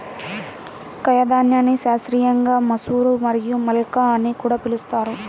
కాయధాన్యాన్ని శాస్త్రీయంగా మసూర్ మరియు మల్కా అని కూడా పిలుస్తారు